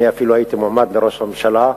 אני אפילו הייתי מועמד לראש הממשלה,